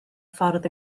ffordd